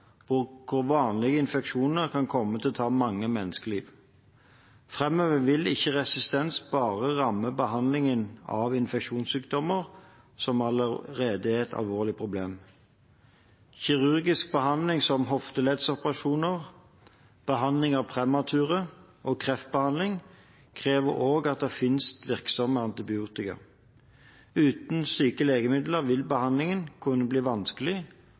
hvor vanlige infeksjoner kan komme til å ta mange menneskeliv. Framover vil ikke resistens bare ramme behandlingen av infeksjonssykdommer som allerede er et alvorlig problem. Kirurgisk behandling som hofteleddsoperasjoner, behandlingen av premature og kreftbehandling krever også at det finnes virksomme antibiotika. Uten slike legemidler vil behandlingen kunne bli vanskelig